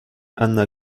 ana